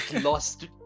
lost